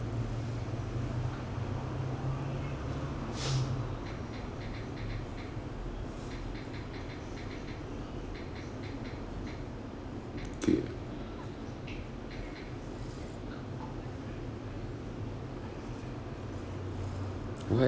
okay what